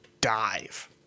dive